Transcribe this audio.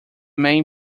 main